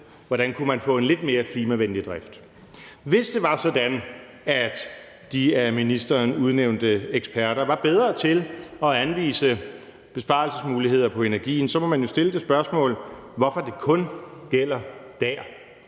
hvordan man kunne få en lidt mere klimavenlig drift. Hvis det var sådan, at de af ministeren udnævnte eksperter var bedre til at anvise besparelsesmuligheder på energien, må man jo stille det spørgsmål, hvorfor det kun gælder dér.